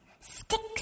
Sticks